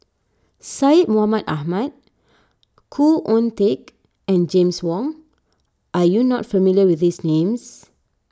Syed Mohamed Ahmed Khoo Oon Teik and James Wong are you not familiar with these names